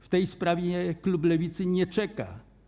W tej sprawie klub Lewicy nie czeka.